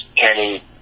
Kenny